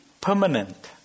permanent